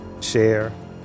share